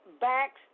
backs